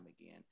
again